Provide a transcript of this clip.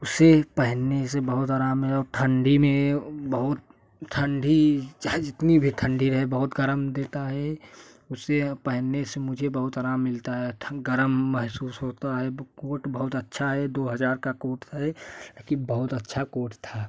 उसे पहनने से बहुत आराम है और ठंडी में बहुत ठंडी चाहे जितनी भी ठंडी रहे बहुत गरम देता है उसे पहनने से मुझे बहुत आराम मिलता है थक गरम महसूस होता है वो कोट बहुत अच्छा है दो हज़ार का कोट है कि बहुत अच्छा कोट था